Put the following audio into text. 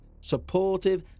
supportive